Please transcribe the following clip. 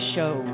Show